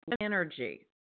energy